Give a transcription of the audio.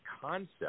concept